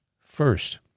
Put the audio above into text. first